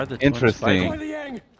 Interesting